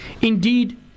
Indeed